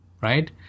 right